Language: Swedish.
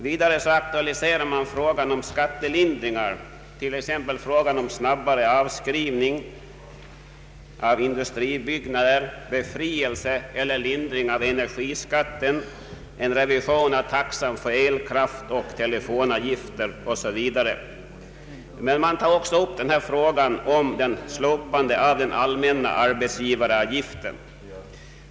Vidare aktualiseras frågan om skattelindringar, t.ex. snabbare avskrivning av industribyggnader, befrielse från eller lindring av energiskatten, en revision av taxan för elkraft och telefonavgifter, o.s.v. Men man tar också upp frågan om slopande av den allmänna arbetsgivaravgiften.